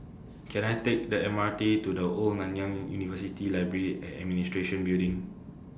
Can I Take The M R T to The Old Nanyang University Library and Administration Building